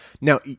Now